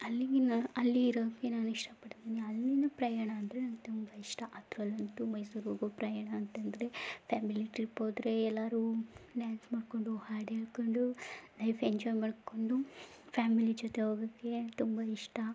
ಅಲ್ಲಿಗೆ ನಾನು ಅಲ್ಲಿ ಇರೋಕೆ ನಾನು ಇಷ್ಟಪಡ್ತೀನಿ ಅಲ್ಲೂ ಪ್ರಯಾಣ ಅಂದರೆ ನನ್ಗೆ ತುಂಬ ಇಷ್ಟ ಅದರಲ್ಲಂತೂ ಮೈಸೂರಿಗೆ ಹೋಗೋ ಪ್ರಯಾಣ ಅಂತ ಅಂದ್ರೆ ಫ್ಯಾಮಿಲಿ ಟ್ರಿಪ್ ಹೋದ್ರೆ ಎಲ್ಲರೂ ಡ್ಯಾನ್ಸ್ ಮಾಡಿಕೊಂಡು ಹಾಡು ಹೇಳ್ಕೊಂಡು ಲೈಫ್ ಎಂಜಾಯ್ ಮಾಡಿಕೊಂಡು ಫ್ಯಾಮಿಲಿ ಜೊತೆ ಹೋಗೋಕ್ಕೆ ತುಂಬ ಇಷ್ಟ